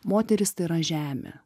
moterys tai yra žemė